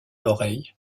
l’oreille